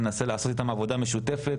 ננסה לעשות איתם עבודה משותפת,